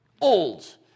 old